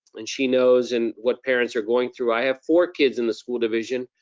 and she knows and what parents are going through, i have four kids in the school division,